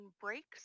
breaks